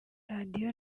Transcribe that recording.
radio